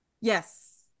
Yes